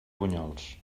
bunyols